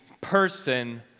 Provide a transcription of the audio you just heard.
person